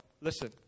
listen